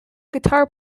guitar